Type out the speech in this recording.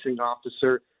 officer